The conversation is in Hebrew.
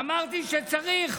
אמרתי שצריך.